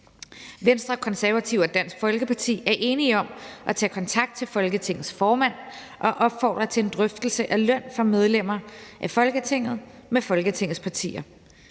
Venstre, Konservative og Dansk Folkeparti er enige om at tage kontakt til Folketingets formand og opfordre til en drøftelse af løn for medlemmer af Folketinget med Folketingets partier.